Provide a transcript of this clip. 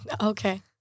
Okay